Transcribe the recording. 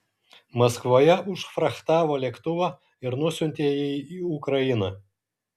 maskvoje užfrachtavo lėktuvą ir nusiuntė jį į ukrainą